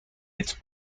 its